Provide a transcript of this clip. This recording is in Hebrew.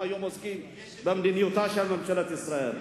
אנחנו היום עוסקים במדיניותה של ממשלת ישראל.